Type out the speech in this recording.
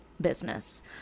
business